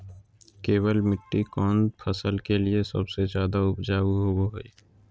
केबाल मिट्टी कौन फसल के लिए सबसे ज्यादा उपजाऊ होबो हय?